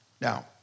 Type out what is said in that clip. Now